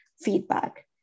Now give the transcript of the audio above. feedback